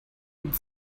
had